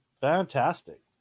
Fantastic